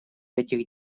этих